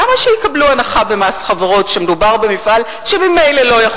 למה שיקבלו הנחה במס חברות כשמדובר במפעל שממילא אינו